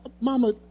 Mama